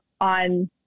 on